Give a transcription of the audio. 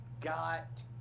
got